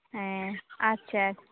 ᱦᱮᱸ ᱟᱪᱪᱷᱟ